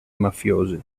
mafiosi